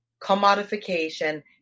commodification